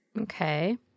Okay